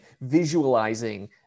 visualizing